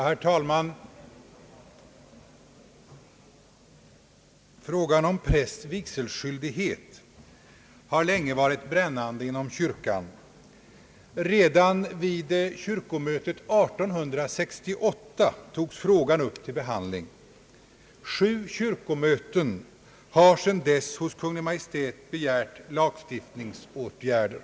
Herr talman! Frågan om prästs vigselskyldighet har länge varit brännande inom kyrkan. Redan vid kyrkomötet 1868 togs frågan upp till behandling. Sju kyrkomöten har sedan dess hos Kungl. Maj:t begärt lagstiftningsåtgärder.